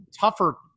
tougher